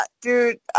Dude